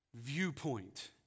viewpoint